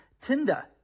Tinder